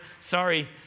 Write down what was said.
Sorry